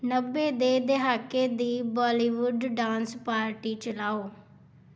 ਨੱਬੇ ਦੇ ਦਹਾਕੇ ਦੀ ਬਾਲੀਵੁੱਡ ਡਾਂਸ ਪਾਰਟੀ ਚਲਾਓ